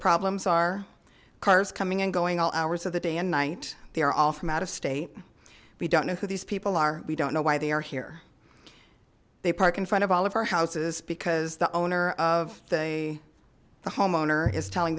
problems are cars coming and going all hours of the day and night they are all from out of state we don't know who these people are we don't know why they are here they park in front of all of our houses because the owner of the homeowner is telling